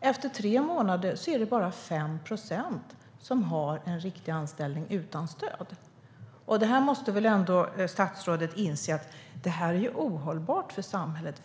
ser vi att det efter tre månader bara är 5 procent som har en riktig anställning utan stöd. Statsrådet måste väl ändå inse att det här är ohållbart för samhället.